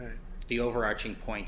in the overarching point